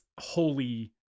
holy